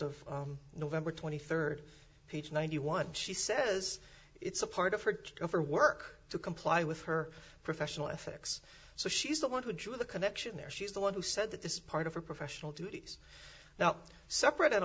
of november twenty third page ninety one she says it's a part of her to go for work to comply with her professional ethics so she's the one who drew the connection there she's the one who said that this is part of her professional duties now separate and